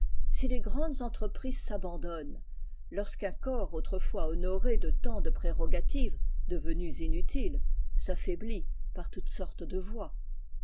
si les grandes entreprises s'abandonnent lorsqu'un corps autrefois honoré de tant de prérogatives devenues inutiles s'affaiblit par toutes sortes de voies